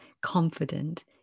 confident